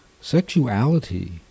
Sexuality